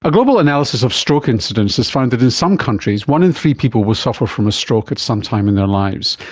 a global analysis of stroke incidents has found that in some countries one in three people will suffer from a stroke at some time in their lives.